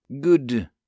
Good